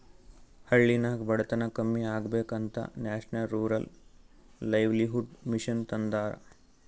ಹಳ್ಳಿನಾಗ್ ಬಡತನ ಕಮ್ಮಿ ಆಗ್ಬೇಕ ಅಂತ ನ್ಯಾಷನಲ್ ರೂರಲ್ ಲೈವ್ಲಿಹುಡ್ ಮಿಷನ್ ತಂದಾರ